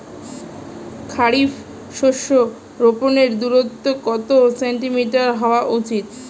খারিফ শস্য রোপনের দূরত্ব কত সেন্টিমিটার হওয়া উচিৎ?